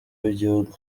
w’igihugu